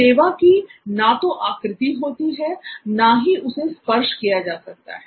सेवा की ना तो आकृति होती है और ना ही उसे स्पर्श किया जा सकता है